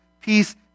peace